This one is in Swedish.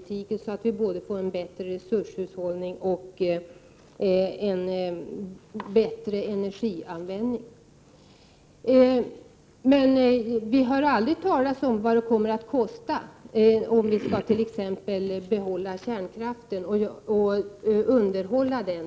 styras så att vi får både en bättre resurshushållning och en bättre energianvändning. Men vi hör aldrig talas om vad det kommer att kosta om vi t.ex. skall behålla kärnkraften och underhålla den.